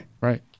Right